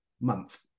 month